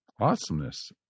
awesomeness